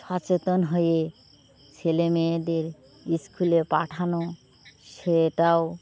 সচেতন হয়ে ছেলেমেয়েদের স্কুলে পাঠানো সেটাও